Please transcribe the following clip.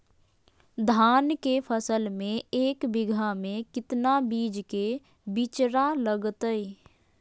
धान के फसल में एक बीघा में कितना बीज के बिचड़ा लगतय?